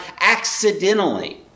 accidentally